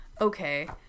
okay